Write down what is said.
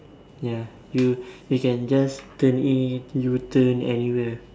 ya you you can just turn in U-turn anywhere